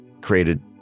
created